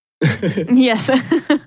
Yes